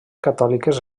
catòliques